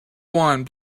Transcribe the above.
one